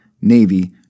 Navy